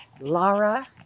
Laura